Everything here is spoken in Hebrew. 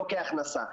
לא כהכנסה.